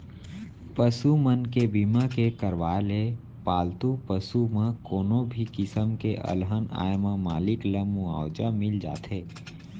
पसु मन के बीमा के करवाय ले पालतू पसु म कोनो भी किसम के अलहन आए म मालिक ल मुवाजा मिल जाथे